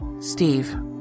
Steve